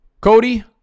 Cody